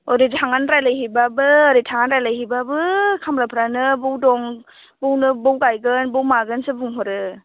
ओरै थांनानै रायलायहैबाबो ओरै थांनानै रायलायहैबाबो खामलाफ्रानो बेयाव दं बेयावनो बेयाव गायगोन बेयाव मागोनसो बुंहरो